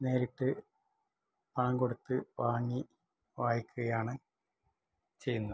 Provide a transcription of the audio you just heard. നേരിട്ട് പണം കൊടുത്ത് വാങ്ങി വായിക്കുകയാണ് ചെയ്യുന്നത്